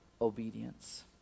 obedience